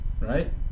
right